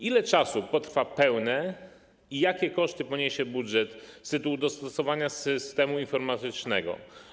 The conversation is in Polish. Ile czasu potrwa pełne wdrożenie i jakie koszty poniesie budżet z tytułu dostosowania systemu informatycznego?